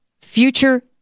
future